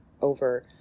over